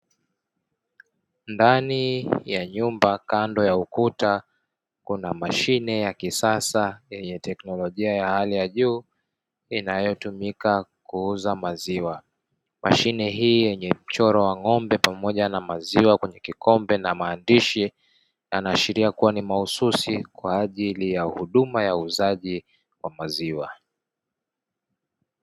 Ndani ya nyumba, kando ya ukuta kuna mashine ya kisasa yenye teknolojia ya hali ya juu inayotumika kuuza maziwa. Mashine hii yenye mchoro wa ng'ombe pamoja na maziwa kwenye kikombe na maandishi yanaashiria kuwa ni mahususi kwa ajili ya huduma ya uuzaji wa maziwa.